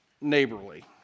neighborly